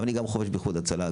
אבל אני גם חובש באיחוד והצלה,